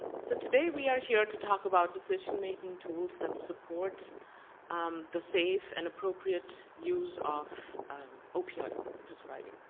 so today we are here to talk about decision-making tools that support um the safe and appropriate use of opioid prescribing.